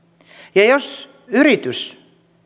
ja jos